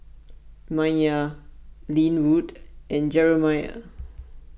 Mya Lynwood and Jeremiah